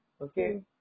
Okay